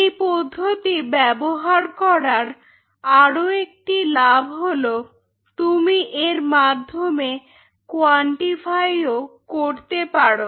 এই পদ্ধতি ব্যবহার করার আরো একটি লাভ হলো তুমি এর মাধ্যমে কোয়ান্টিফাইও করতে পারো